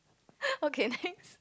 okay next